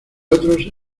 otros